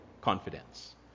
confidence